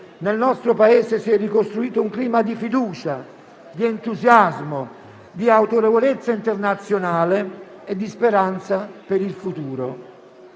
nel nostro Paese si è ricostruito un clima di fiducia, di entusiasmo, di autorevolezza internazionale e di speranza per il futuro.